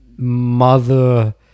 Mother